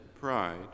pride